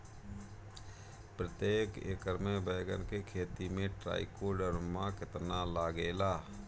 प्रतेक एकर मे बैगन के खेती मे ट्राईकोद्रमा कितना लागेला?